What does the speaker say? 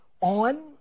on